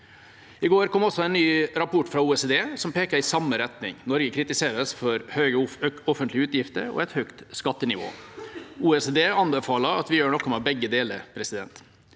I går kom også en ny rapport fra OECD, som peker i samme retning. Norge kritiseres for høye offentlige utgifter og et høyt skattenivå. OECD anbefaler at vi gjør noe med begge deler.